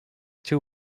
two